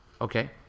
okay